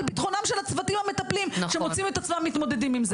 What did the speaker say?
על ביטחונם של הצוותים המטפלים שמוצאים את עצמם מתמודדים עם זה.